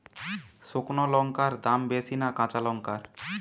শুক্নো লঙ্কার দাম বেশি না কাঁচা লঙ্কার?